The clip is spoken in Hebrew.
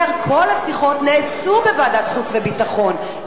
אומר: כל השיחות נעשו בוועדת חוץ וביטחון,